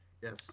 Yes